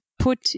put